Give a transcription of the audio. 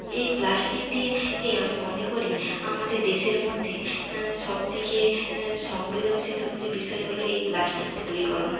এই প্লাস্টিকটিকে কে আমি মনে করি আমাদের দেশের মধ্যে সবথেকে সংবেদনশীল হচ্ছে বিষয় হল এই প্লাস্টিকটা দূরীকরণ